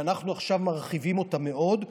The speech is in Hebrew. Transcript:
שאנחנו עכשיו מרחיבים אותה מאוד,